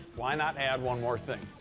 why not add one more thing?